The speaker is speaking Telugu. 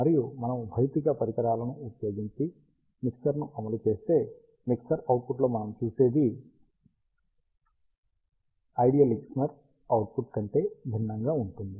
మరియు మనము భౌతిక పరికరాలను ఉపయోగించి మిక్సర్ను అమలు చేస్తే మిక్సర్ అవుట్పుట్లో మనం చూసేది ఐడియల్మిక్సర్ అవుట్పుట్ కంటే చాలా భిన్నంగా ఉంటుంది